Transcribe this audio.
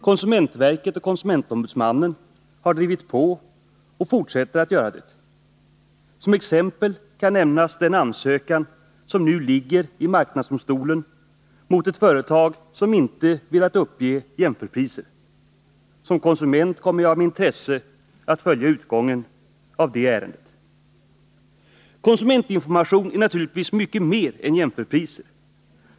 Konsumentverket och konsumentombudsmannen har drivit på och fortsätter att göra det. Som exempel kan nämnas den anmälan som nu ligger i marknadsdomstolen mot ett företag som inte har velat ge uppgifter om jämförpriser. Som konsument kommer jag med intresse att följa utgången av det ärendet. Konsumentinformation är naturligtvis mycket mer än bara jämförpriser.